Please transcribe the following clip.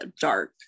dark